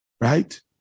right